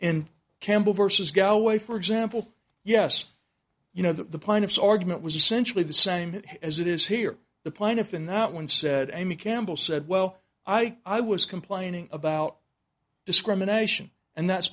in campbell versus galloway for example yes you know the plaintiff's argument was essentially the same as it is here the plaintiff in that one said amy campbell said well i i was complaining about discrimination and that's